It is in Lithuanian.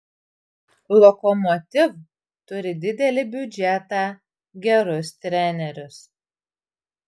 lokomotiv turi didelį biudžetą gerus trenerius